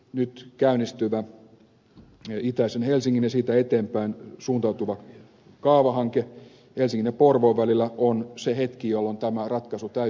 nyt käynnistyvä itäisen helsingin ja siitä eteenpäin suuntautuvan kaavahankkeen tekeminen helsingin ja porvoon välillä on se hetki jolloin tämä ratkaisu täytyy tehdä